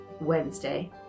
Wednesday